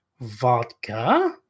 vodka